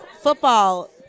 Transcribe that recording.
Football